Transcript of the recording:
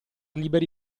liberi